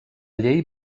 llei